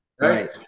right